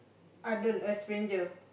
I don't a stranger